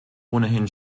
ohnehin